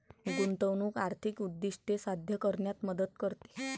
गुंतवणूक आर्थिक उद्दिष्टे साध्य करण्यात मदत करते